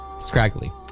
scraggly